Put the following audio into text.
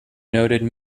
noted